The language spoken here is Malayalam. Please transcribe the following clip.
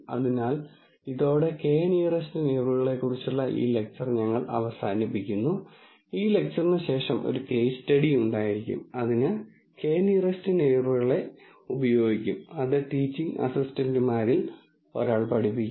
അതിനാൽ ഇതോടെ k നിയറെസ്റ് നെയിബറുകളെക്കുറിച്ചുള്ള ഈ ലെക്ച്ചർ ഞങ്ങൾ അവസാനിപ്പിക്കുന്നു ഈ ലെക്ച്ചറിന് ശേഷം ഒരു കെയ്സ് സ്റ്റഡി ഉണ്ടായിരിക്കും അതിന് k നിയറെസ്റ് നെയിബറുകളെ ഉപയോഗിക്കും അത് ടീച്ചിംഗ് അസിസ്റ്റന്റുമാരിൽ ഒരാൾ പഠിപ്പിക്കും